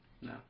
No